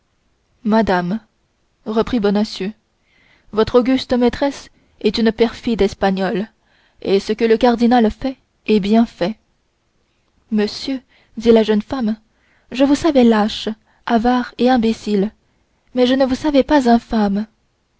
madame reprit bonacieux votre auguste maîtresse est une perfide espagnole et ce que le cardinal fait est bien fait monsieur dit la jeune femme je vous savais lâche avare et imbécile mais je ne vous savais pas